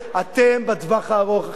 אתם בטווח הארוך, עכשיו אתם חזקים,